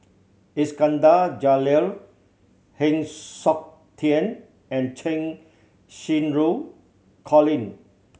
Iskandar Jalil Heng Siok Tian and Cheng Xinru Colin